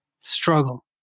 Struggle